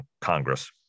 Congress